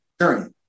journey